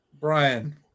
Brian